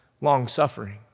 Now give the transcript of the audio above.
long-suffering